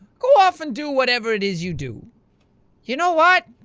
go off and do whatever it is you do you know what?